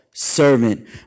Servant